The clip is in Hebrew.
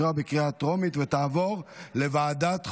לוועדת החוקה,